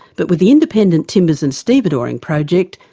but with the independent timbers and stevedoring project,